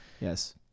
Yes